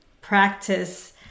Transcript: practice